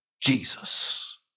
Jesus